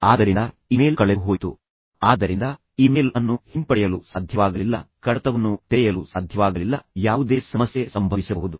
ಆದ್ದರಿಂದ ಇಮೇಲ್ ಕಳೆದುಹೋಯಿತು ಆದ್ದರಿಂದ ಇಮೇಲ್ ಅನ್ನು ಹಿಂಪಡೆಯಲು ಸಾಧ್ಯವಾಗಲಿಲ್ಲ ಕಡತವನ್ನು ತೆರೆಯಲು ಸಾಧ್ಯವಾಗಲಿಲ್ಲ ಯಾವುದೇ ಸಮಸ್ಯೆ ಸಂಭವಿಸಬಹುದು